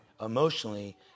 emotionally